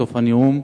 בסוף הנאום,